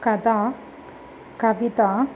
कथा कविता